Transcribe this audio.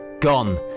gone